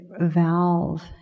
valve